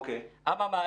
אממה,